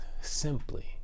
simply